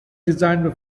designed